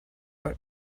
but